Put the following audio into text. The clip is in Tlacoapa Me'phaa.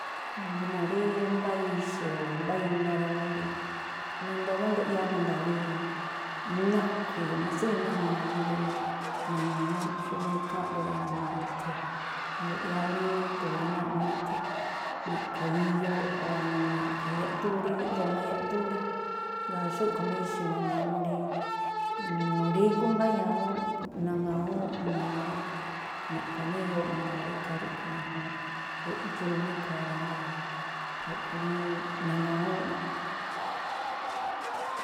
Buéno̱, rí mbá ixi̱ o̱ mbá iná rá mí rí nandoo má nduꞌyáá mangaa rí na̱ꞌkhui̱i̱ má tsú iná mangaa mú rí naŋawúúnꞌ, xú má ikháa̱nꞌlú nuru̱thu. Nduꞌyáá ríndo̱o rí náa̱ꞌ nuthu, na̱ꞌkha̱ iyooꞌ o̱ na̱ꞌkha̱ yaꞌdúún rí gíꞌdoo má yaꞌdúún rá. Jngáa̱ xúꞌkhui̱ má ixi̱ mangaa mú rí nurígú mbá ñawúúnꞌ naŋawúúnꞌ numuu rí na̱ꞌkha̱ má iyooꞌ mangaa rá. Ikhaa ríꞌkhui̱ ñajuunꞌ eꞌdxuu má ikhaa rá, jngáa̱ a̱ꞌkhui̱ rí naŋawúúnꞌ má.